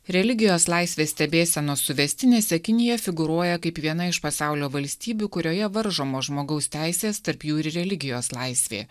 religijos laisvės stebėsenos suvestinėse kinija figūruoja kaip viena iš pasaulio valstybių kurioje varžomos žmogaus teisės tarp jų ir religijos laisvė